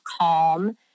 calm